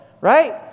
right